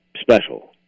special